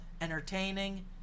entertaining